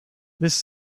this